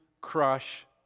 crush